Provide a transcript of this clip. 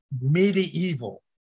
medieval